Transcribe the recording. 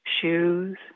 shoes